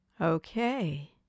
Okay